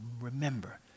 remember